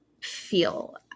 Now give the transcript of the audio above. feel